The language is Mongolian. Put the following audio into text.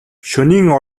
шөнийн